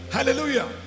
Hallelujah